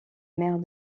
mère